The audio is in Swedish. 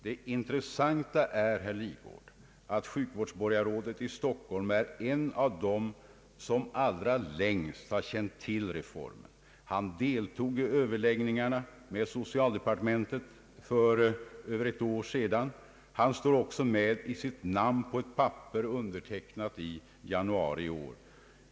Det intressanta, herr Lidgard, är att sjukvårdsborgarrådet i Stockholm är en av dem som allra längst har känt till reformen. Han deltog i överläggningarna med socialdepartementet för över ett år sedan. Han står även med sitt namn på ett papper, undertecknat i januari i år.